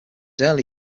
early